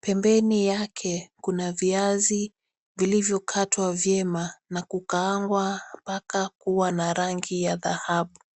Pembeni yake kuna viazi vilivyokatwa vyema na kukaangwa mpaka kuwa na rangi ya dhahabu.